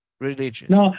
religious